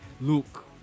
Luke